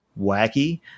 wacky